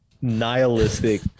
nihilistic